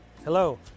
Hello